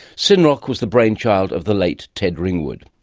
synroc was the brainchild of the late ted ringwood.